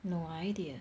no idea